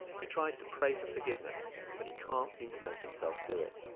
he tries to pray for forgiveness but he can't seem to make himself do it